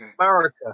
America